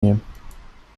nehmen